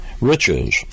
riches